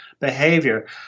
behavior